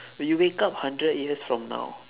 when you wake up hundred years from now